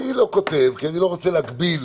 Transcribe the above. אני לא כותב כי אני לא רוצה להגביל